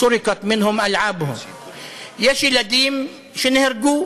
יש ילדים שנהרגו